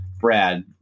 Brad